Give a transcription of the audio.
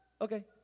Okay